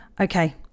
okay